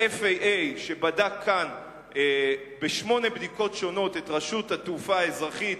ה-FAA שבדק כאן בשמונה בדיקות שונות את רשות התעופה האזרחית,